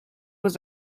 was